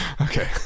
Okay